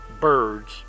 birds